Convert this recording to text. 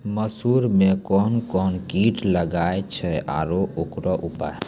मसूर मे कोन कोन कीट लागेय छैय आरु उकरो उपाय?